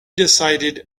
decided